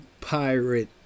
pirate